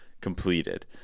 completed